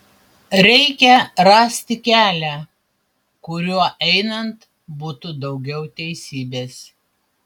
reikia rasti kelią kuriuo einant būtų daugiau teisybės